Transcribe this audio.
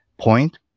point